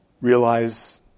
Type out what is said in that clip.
realize